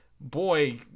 boy